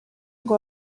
ngo